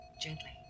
Gently